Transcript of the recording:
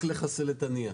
רק לחסל את הנייה.